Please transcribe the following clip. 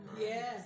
Yes